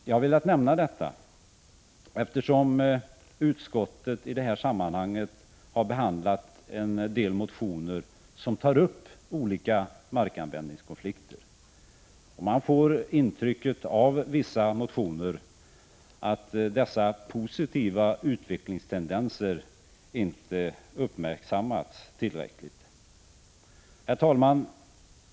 Jag har velat nämna detta, eftersom utskottet i det här sammanhanget har behandlat en del motioner som tar upp olika markanvändningskonflikter. Man får intrycket av vissa motioner att dessa positiva utvecklingstendenser inte uppmärksammats tillräckligt. Herr talman!